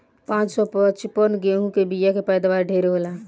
पान सौ पचपन गेंहू के बिया के पैदावार ढेरे होला